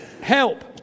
Help